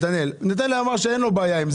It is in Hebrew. נתנאל אמר שאין לו בעיה עם זה.